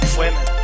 women